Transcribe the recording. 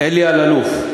אלי אלאלוף.